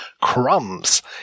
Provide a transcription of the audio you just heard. Crumbs